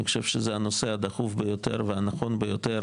אני חושב שזה הנושא הדחוף ביותר והנכון ביותר